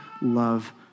love